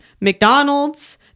McDonald's